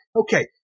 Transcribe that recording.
Okay